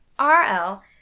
RL